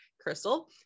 Crystal